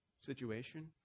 situation